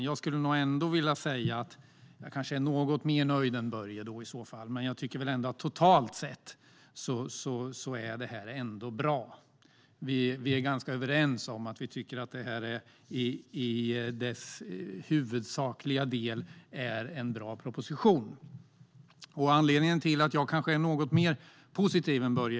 Jag är kanske något mer nöjd än Börje, och totalt sett är det här bra. Vi är ganska överens om att det i sin huvudsakliga del är en bra proposition. Det finns en anledning till att jag är lite mer positiv än Börje.